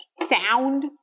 sound